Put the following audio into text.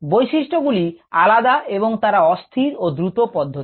বৈশিস্ট গুলি আলাদা এবং তারা অস্থির ও দ্রুত পধ্যতি